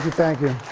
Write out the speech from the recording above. you. thank you,